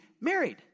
married